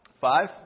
Five